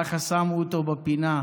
ככה, שמו אותו בפינה,